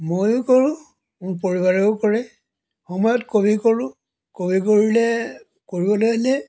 ময়ো কৰোঁ মোৰ পৰিবাৰেও কৰে সময়ত কবি কৰোঁ কবি কৰিলে কৰিবলৈ হ'লে